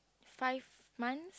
five month